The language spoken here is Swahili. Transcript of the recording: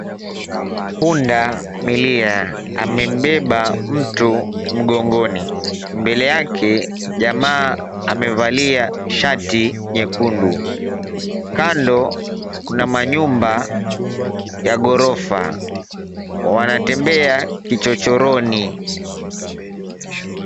Pundamilia amembeba mtu mgongoni. Mbele yake jamaa amevalia shati nyekundu. Kando kuna manyumba ya ghorofa. Wanatembea kichochoroni.